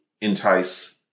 entice